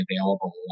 available